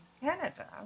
Canada